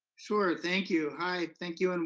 sure, thank you, hi. thank you,